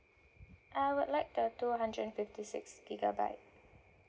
I would like the two hundred and fifty six gigabyte